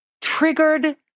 triggered